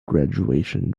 graduation